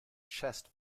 chest